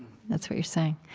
that's what you're saying